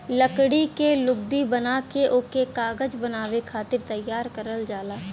लकड़ी के लुगदी बना के ओके कागज बनावे खातिर तैयार करल जाला